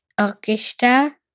Orchestra